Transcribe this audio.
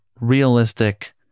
realistic